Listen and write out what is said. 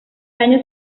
año